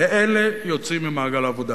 ואלה יוצאים ממעגל העבודה.